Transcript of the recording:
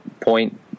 point